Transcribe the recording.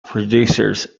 producers